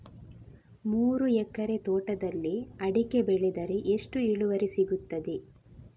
ಮೂರು ಎಕರೆ ತೋಟದಲ್ಲಿ ಅಡಿಕೆ ಬೆಳೆದರೆ ಎಷ್ಟು ಇಳುವರಿ ಸಿಗುತ್ತದೆ?